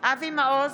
אבי מעוז,